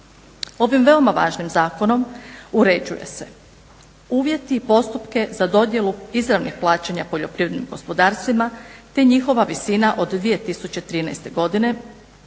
Ovim veoma važnim zakonom uređuje se uvjeti i postupke za dodjelu izravnih plaćanja poljoprivrednim gospodarstvima, te njihova visina od 2013. godine,